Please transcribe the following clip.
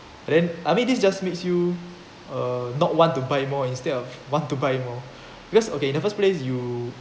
and then I mean this just makes you uh not want to buy more instead of what to buy more because okay in the first place you